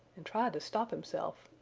and tried to stop himself.